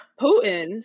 putin